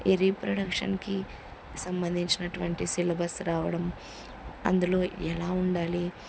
ఈ రీప్రొడక్షన్కి సంబంధించినటువంటి సిలబస్ రావడం అందులో ఎలా ఉండాలి